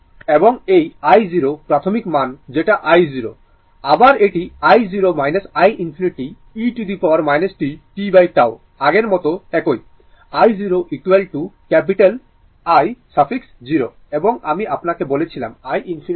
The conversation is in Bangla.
এবং এই i0 প্রাথমিক মান যেটা i0 আবার এটি i0 iinfinity e t tτ আগের মতো একই i0 ক্যাপিটাল I সাফিক্স 0 এবং আমি আপনাকে বলেছিলাম iinfinity VsR